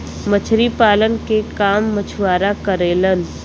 मछरी पालन के काम मछुआरा करेलन